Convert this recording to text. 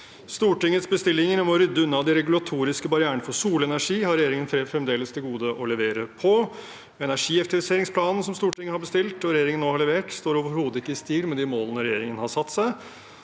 Stortingets bestillinger om å rydde unna de regulatoriske barrierene for solenergi har regjeringen fremdeles til gode å levere på. Energieffektiviseringsplanen som Stortinget har bestilt, og regjeringen nå har levert, står overhodet ikke i stil med de målene regjeringen har satt seg.